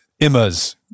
Emma's